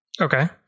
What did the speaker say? Okay